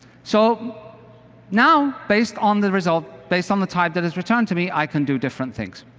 so now based on the result, based on the type that is returned to me, i can do different things.